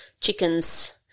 chickens